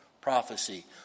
prophecy